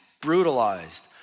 brutalized